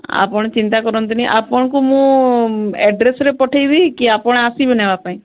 ଆପଣ ଚିନ୍ତା କରନ୍ତୁନି ଆପଣଙ୍କୁ ମୁଁ ଆଡ୍ରେସ୍ରେ ପଠେଇବି କି ଆପଣ ଆସିବେ ନେବା ପାଇଁ